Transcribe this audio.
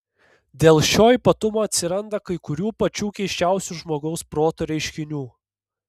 dėl šio ypatumo atsiranda kai kurių pačių keisčiausių žmogaus proto reiškinių